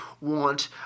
want